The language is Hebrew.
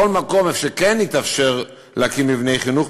בכל מקום שכן התאפשר להקים מבני חינוך,